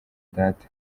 data